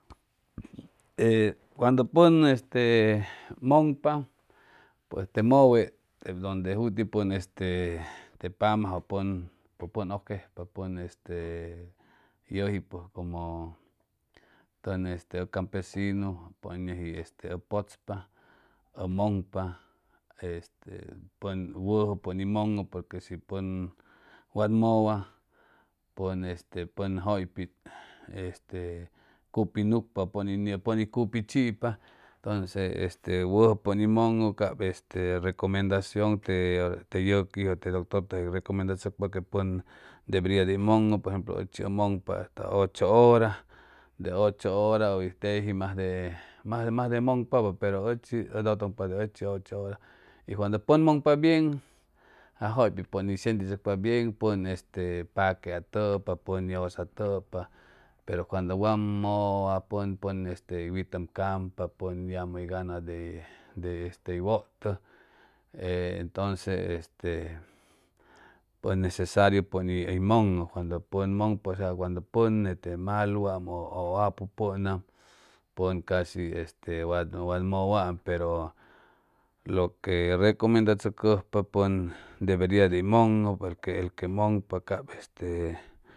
E cuando pʉn este mʉŋpa pues te mʉwe tep donde juti pʉn este te pamajʉ pʉn pʉj pʉn ʉcjejpa pʉn este yʉji pʉj como tʉn este ʉ campesinu pʉñʉji este ʉ pʉchpa ʉ mʉŋpa este pʉn wʉjʉ pʉn hʉy mʉŋʉ porque shi pʉn wat mʉwa pʉn este pʉn jʉypit este cupi nucpa pʉn pʉn y cupi chipa entonces wʉjʉ pʉn hʉy mʉŋʉ cap este recomendacion te este te yʉquijʉ te doctor hʉy recʉmendachʉcpa que pʉn deberia dey mʉŋʉ por ejemplo ʉchi ʉ mʉŋpa ocho hora de ocho hora ʉ teji majde majde majde mʉŋpapʉ pero ʉchi ʉd ʉtʉŋpa de ʉchi ocho hora y cuando pʉn mʉŋpa bien a jʉypit pʉn hʉy sentichʉcpa bien pʉn este paque atʉpa pʉn yʉsatʉpa pero cuando wam mʉwa pʉn pʉn este witʉm campa pʉn yamʉ hʉy gana de de este hʉy wʉtʉ entonce este pʉn necesariu pʉn hʉy mʉŋʉ cuando pʉn mʉŋpa cuando pʉn nete maluam ʉ apupʉnam pʉn casi este wat wat mʉwa pero lo que recʉmendachʉcʉjpa pʉn deberia dey mʉŋʉ el el que mʉŋpa cap este